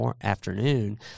afternoon